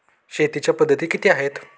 शेतीच्या पद्धती किती आहेत?